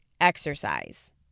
exercise